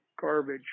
garbage